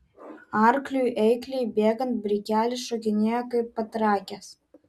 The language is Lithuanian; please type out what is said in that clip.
arkliui eikliai bėgant brikelis šokinėjo kaip patrakęs